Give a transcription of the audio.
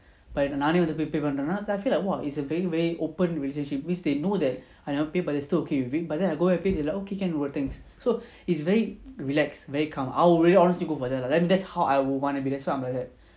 but நானேவந்துஎப்படிபன்றேனா:nane vandhu epdi panrena it's like I feel like !wah! it's a very very open relationship means they know that I never pay but they still okay with it but then I go and pay they like okay can bro thanks so it's very relaxed very calm I will really honestly go for that lah that's how I would want to be so I'm like that